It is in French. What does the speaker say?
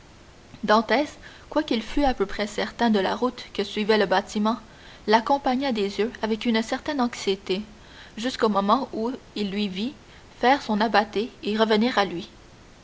dantès quoiqu'il fût à peu près certain de la route que suivait le bâtiment l'accompagna des yeux avec une certaine anxiété jusqu'au moment où il lui vit faire son abattée et revenir à lui